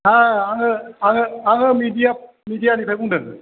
आङो मिडिया निफ्राय बुंदों